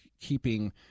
keeping